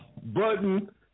Button